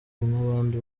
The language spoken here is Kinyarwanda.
nk’abandi